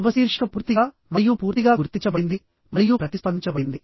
ఉపశీర్షిక పూర్తిగా మరియు పూర్తిగా గుర్తించబడింది మరియు ప్రతిస్పందించబడింది